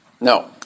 No